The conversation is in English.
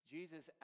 Jesus